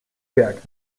berg